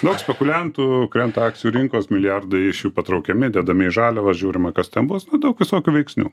daug spekuliantų krenta akcijų rinkos milijardai iš jų patraukiami dedami į žaliavas žiūrima kas ten bus daug visokių veiksnių